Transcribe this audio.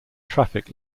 traffic